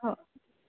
हो